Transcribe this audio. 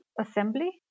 assembly